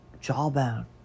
jawbone